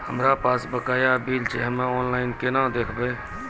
हमरा पास बकाया बिल छै हम्मे ऑनलाइन केना देखबै?